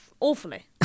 awfully